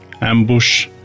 ambush